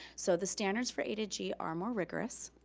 so the standards for a to g are more rigorous,